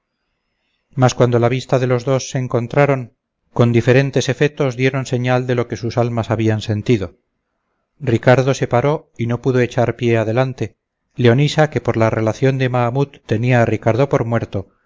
mas cuando la vista de los dos se encontraron con diferentes efetos dieron señal de lo que sus almas habían sentido ricardo se paró y no pudo echar pie adelante leonisa que por la relación de mahamut tenía a ricardo por muerto